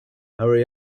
hurry